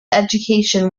education